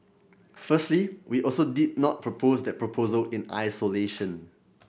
firstly we also did not propose that proposal in isolation